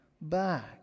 back